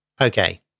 Okay